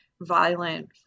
violent